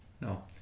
No